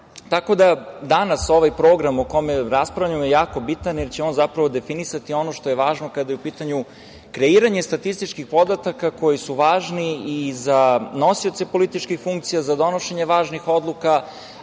ostvarili. Danas ovaj program o kome raspravljamo jako je bitan jer će on zapravo definisati ono što je važno kada je u pitanju kreiranje statističkih podataka koji su važni i za nosioce političkih funkcija, za donošenje važnih odluka